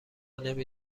نمی